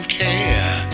care